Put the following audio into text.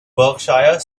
berkshire